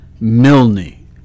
Milne